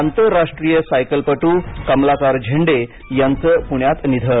आंतरराष्ट्रीय सायकलपटू कमलाकर झेंडे यांचं पुण्यात निधन